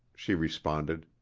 she responded.